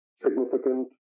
significant